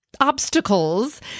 obstacles